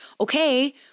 okay